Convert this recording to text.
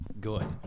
good